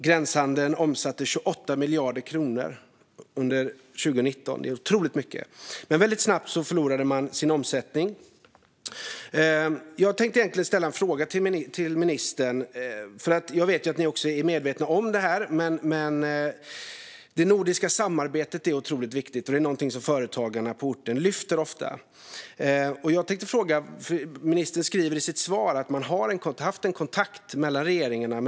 Gränshandeln omsatte 28 miljarder kronor under 2019; det är otroligt mycket. Men väldigt snabbt förlorade man sin omsättning. Jag tänkte ställa en fråga till ministern, för jag vet att också ni är medvetna om det här. Det nordiska samarbetet är otroligt viktigt, och det är någonting som företagarna på orten ofta lyfter. Ministern säger i sitt svar att man har haft kontakt mellan regeringarna.